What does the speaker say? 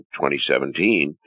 2017